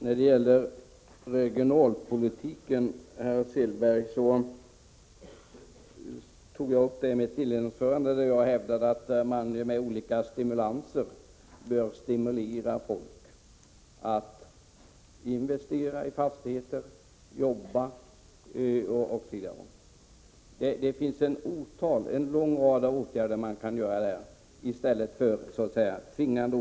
Fru talman! När det gäller regionalpolitiken, herr Selberg, sade jag i mitt inledningsanförande att folk på olika sätt bör stimuleras att investera i fastigheter och att jobba. I stället för tvingande åtgärder finns det en lång rad åtgärder som kan vidtas för att stimulera folk.